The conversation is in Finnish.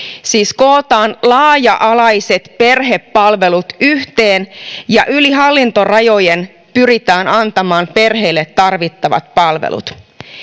siis kootaan laaja alaiset perhepalvelut yhteen ja yli hallintorajojen pyritään antamaan perheille tarvittavat palvelut